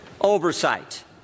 Oversight